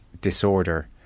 disorder